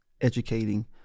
educating